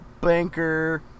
banker